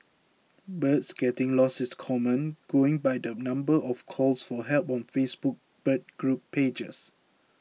birds getting lost is common going by the number of calls for help on Facebook bird group pages